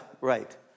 right